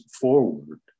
forward